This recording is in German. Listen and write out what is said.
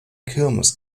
kirmes